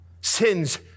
Sins